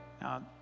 Now